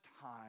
time